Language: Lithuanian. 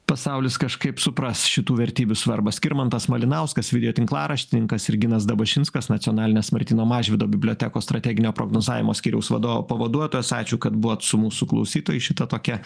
pasaulis kažkaip supras šitų vertybių svarbą skirmantas malinauskas video tinklaraštininkas ir ginas dabašinskas nacionalinės martyno mažvydo bibliotekos strateginio prognozavimo skyriaus vadovo pavaduotojas ačiū kad buvot su mūsų klausytojais šitą tokią